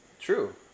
True